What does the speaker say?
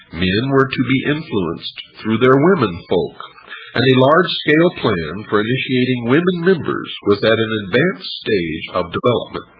men were to be influenced through their women folk and a large-scale plan for initiating women members was at an advanced stage of development.